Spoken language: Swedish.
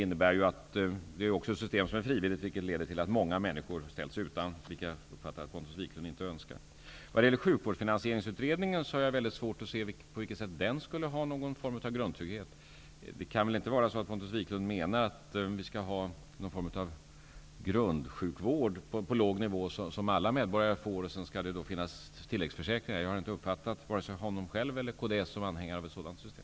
Detta system är frivilligt, vilket leder till att många människor ställts utanför, vilket, som jag uppfattat det, Pontus Wiklund inte önskar. Jag har väldigt svårt att se på vilket sätt det skulle kunna ingå någon form av grundtrygghet i sjukvårdsfinansieringsutredningen. Pontus Wiklund kan väl inte mena att det skall finnas någon form av grundsjukvård på låg nivå som alla medborgare skall komma i åtnjutande av, en grundsjukvård som sedan kan kompletteras med tilläggsförsäkringar? Jag har inte uppfattat vare sig honom själv eller kds som anhängare av ett sådant system.